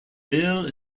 bill